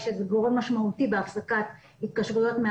ודאי עבירה פלילית שיש בה מספיק ראיות,